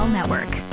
Network